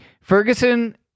Ferguson